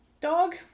dog